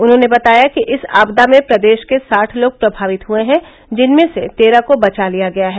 उन्होंने दताया कि इस आपदा में प्रदेश के साठ लोग प्रभावित हुए हैं जिनमें से तेरह को बचा लिया गया है